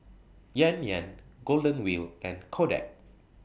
Yan Yan Golden Wheel and Kodak